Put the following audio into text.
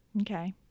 Okay